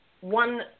one